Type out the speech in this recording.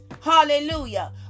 Hallelujah